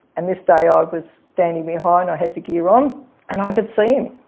and this day i ah was standing behind, i had the gear on and i could see him.